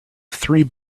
three